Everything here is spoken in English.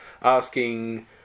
asking